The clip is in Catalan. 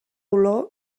olor